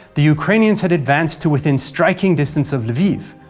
the ukrainians had advanced to within striking distance of lviv,